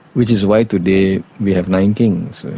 which is why today we have nine kings.